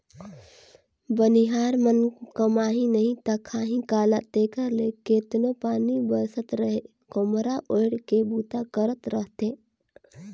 बनिहार मन कमाही नही ता खाही काला तेकर ले केतनो पानी बरसत रहें खोम्हरा ओएढ़ के बूता करत रहथे